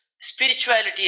Spirituality